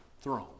throne